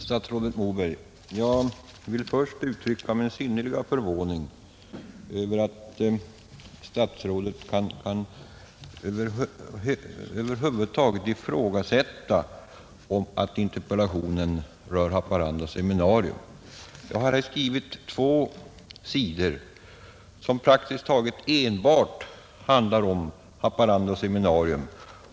Herr talman! Jag vill först uttrycka min synnerliga förvåning över att statsrådet Moberg över huvud taget kan ifrågasätta att interpellationen rör Haparanda seminarium. Jag har skrivit två sidor som praktiskt taget enbart handlar om Haparanda seminarium.